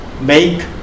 make